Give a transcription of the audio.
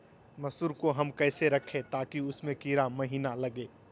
मसूर को हम कैसे रखे ताकि उसमे कीड़ा महिना लगे?